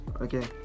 Okay